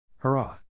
Hurrah